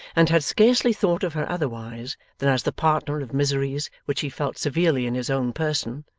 and had scarcely thought of her otherwise than as the partner of miseries which he felt severely in his own person,